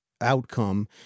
outcome